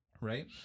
Right